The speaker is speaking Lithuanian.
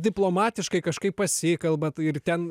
diplomatiškai kažkaip pasikalbat ir ten